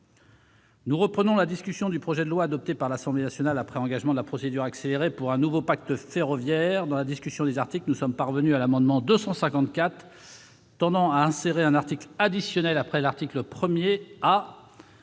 Nous reprenons la discussion du projet de loi, adopté par l'Assemblée nationale après engagement de la procédure accélérée, pour un nouveau pacte ferroviaire. Dans la discussion du texte de la commission, nous sommes parvenus aux amendements tendant à insérer un article additionnel après l'article 1 A.